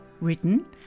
written